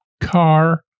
car